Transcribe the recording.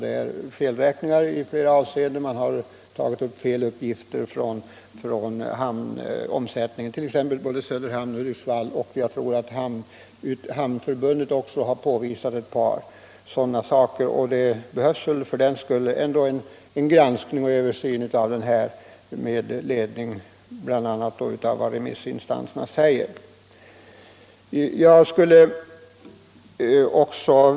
Det förekommer felräkningar i flera avseenden, man har tagit upp fel uppgifter beträffande hamnomsättningen i både Söderhamn och Hudiksvall, osv. Jag tror att även Hamnförbundet har påvisat ett par sådana saker. För den skull behövs det väl ändå en översyn, bl.a. med ledning av vad remissinstanserna säger.